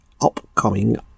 upcoming